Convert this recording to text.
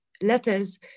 letters